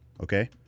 Okay